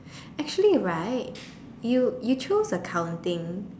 actually right you you chose accounting